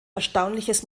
erstaunliches